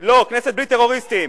לא, כנסת בלי טרוריסטים.